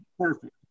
Perfect